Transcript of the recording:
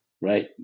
Right